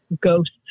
ghosts